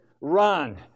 run